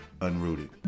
unrooted